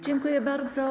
Dziękuję bardzo.